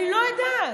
אני לא יודעת.